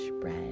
bread